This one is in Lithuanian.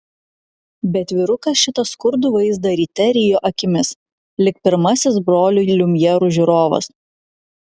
bet vyrukas šitą skurdų vaizdą ryte rijo akimis lyg pirmasis brolių liumjerų žiūrovas